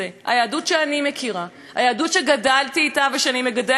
היהדות שגדלתי אתה ושאני מגדלת את ילדי אתה,